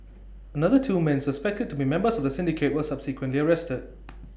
another two men suspected to be members of the syndicate were subsequently arrested